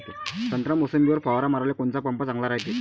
संत्रा, मोसंबीवर फवारा माराले कोनचा पंप चांगला रायते?